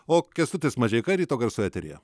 o kęstutis mažeika ryto garsų eteryje